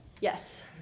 Yes